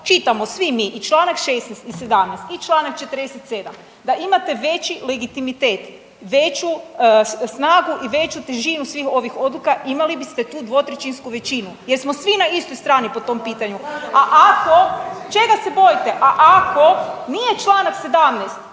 čitamo svi mi i čl. 16. i 17. i čl. 47. da imate veći legitimitet, veću snagu i veću težinu svih ovih odluka imali biste tu dvotrećinsku većinu jer smo svi na istoj strani po tom pitanju. A ako, čega se bojite? A ako čl. 17.